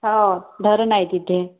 हो धरण आहे तिथे